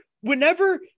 whenever